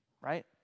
right